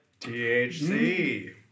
THC